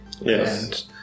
Yes